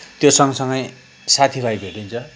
त्योसँग सँगै साथीभाइ भेटिन्छ